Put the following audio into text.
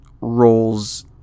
roles